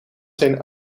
zijn